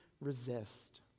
resist